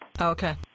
Okay